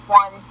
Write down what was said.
one